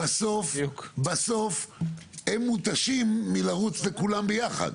בסוף הם מותשים מלרוץ לכולם ביחד.